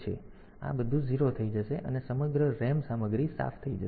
તેથી આ બધું 0 થઈ જશે અને સમગ્ર RAM સામગ્રી સાફ થઈ જશે